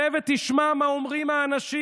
צא ושמע מה אומרים האנשים.